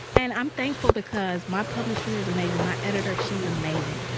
and i'm thankful because my publisher is amazing. my editor, she's amazing.